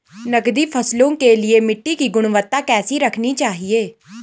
नकदी फसलों के लिए मिट्टी की गुणवत्ता कैसी रखनी चाहिए?